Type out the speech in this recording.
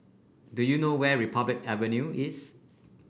do you know where Republic Avenue is